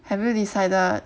have you decided